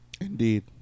indeed